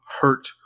hurt